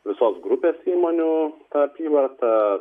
visos grupės įmonių apyvarta